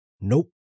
Nope